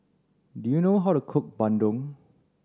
do you know how to cook Bandung